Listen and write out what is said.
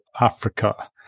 Africa